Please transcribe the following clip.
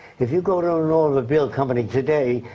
if you go to a and automobile company today,